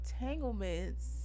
entanglements